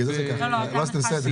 כי לא עשיתם סדר.